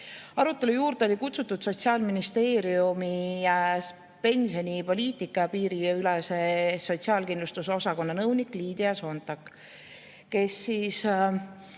Arutelu juurde oli kutsutud Sotsiaalministeeriumi pensionipoliitika ja piiriülese sotsiaalkindlustuse osakonna nõunik Liidia Soontak, kes